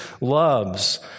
loves